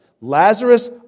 Lazarus